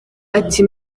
ati